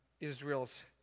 Israel's